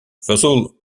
vesoul